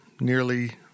nearly